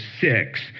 six